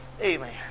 Amen